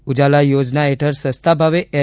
ઉજાલા યોજના હેઠળ સસ્તાભાવે એલ